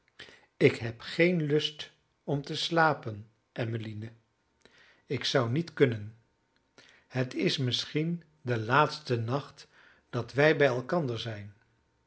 ik heb geen lust om te slapen em ik zou niet kunnen het is misschien de laatste nacht dat wij bij elkander zijn